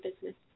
business